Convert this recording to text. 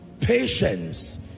Patience